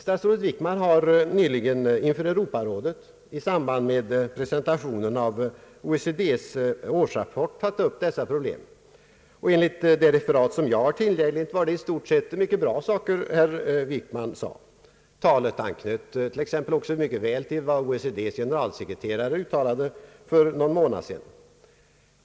Statsrådet Wickman har nyligen in för Europarådet i samband med presentationen av OECD:s årsrapport tagit upp dessa problem, och enligt det referat som jag har tillgängligt var det i stort sett mycket bra saker herr Wickman sade. Talet anknöt t.ex. också mycket väl till vad OECD:s generalsekreterare uttalade för någon månad sedan.